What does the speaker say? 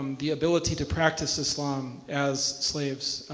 um the ability to practice islam as slaves.